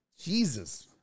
Jesus